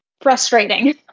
frustrating